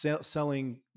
selling